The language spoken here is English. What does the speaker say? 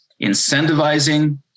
incentivizing